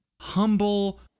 humble